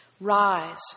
Rise